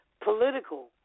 political